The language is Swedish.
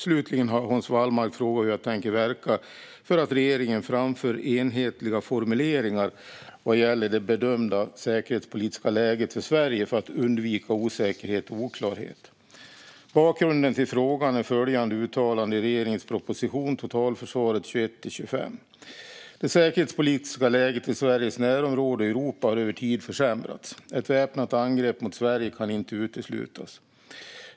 Slutligen har Hans Wallmark frågat hur jag tänker verka för att regeringen framför enhetliga formuleringar vad gäller det bedömda säkerhetspolitiska läget för Sverige för att undvika osäkerhet och oklarhet. Bakgrunden till frågan är följande uttalande av regeringen i propositionen Totalförsvaret 2021 - 2025 : "Det säkerhetspolitiska läget i Sveriges närområde och Europa har över tid försämrats. Ett väpnat angrepp mot Sverige kan inte uteslutas.